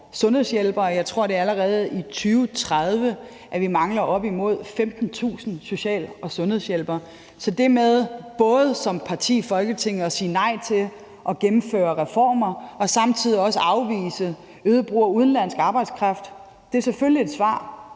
sundhedshjælpere. Jeg tror, at det allerede er i 2030, at vi mangler op imod 15.000 social- og sundhedshjælpere. Så det med, at man som parti i Folketinget både siger nej til at gennemføre reformer og samtidig også afviser øget brug af udenlandsk arbejdskraft, er selvfølgelig et svar,